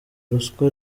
ruswa